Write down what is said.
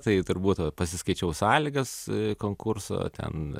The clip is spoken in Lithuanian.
tai turbūt pasiskaičiau sąlygas konkurso ten